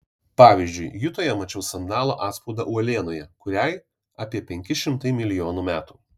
pavyzdžiui jutoje mačiau sandalo atspaudą uolienoje kuriai apie penki šimtai milijonų metų